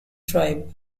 tribe